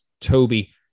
toby